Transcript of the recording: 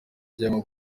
cyangwa